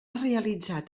realitzat